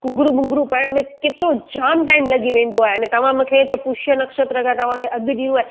घुंघरू बुंघरू पाइण में केतिरो जाम टाइम लॻी वेंदो आहे ने तव्हां मूंखे पुष्य नक्षत्र खां तव्हांखे अधु ॾींहुं आहे